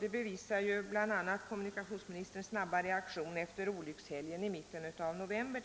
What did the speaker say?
Det bevisar bl.a. kommunikationsministerns snabba reaktion efter olyckshelgen i mitten av november.